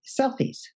selfies